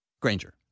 Granger